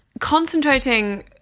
Concentrating